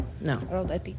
no